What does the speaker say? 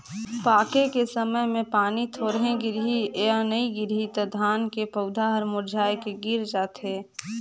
पाके के समय मे पानी थोरहे गिरही य नइ गिरही त धान के पउधा हर मुरझाए के गिर जाथे